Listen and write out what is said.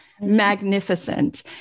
magnificent